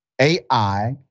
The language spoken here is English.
AI